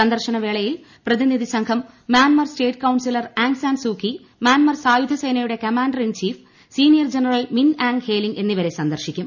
സന്ദർശനവേളയിൽ പ്രതിനിധി സംഘം Myanmar state counsellor Aung San Suu Kyi Myanmar സായുധ്സേനയുടെ commander in chief senior general Min Aung Hlaing എന്നിവരെ സന്ദർശിക്കും